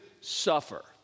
suffer